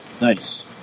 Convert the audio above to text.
nice